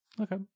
Okay